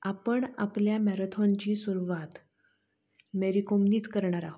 आपण आपल्या मॅरेथॉनची सुरवात मेरीकोमनीच करणार आहोत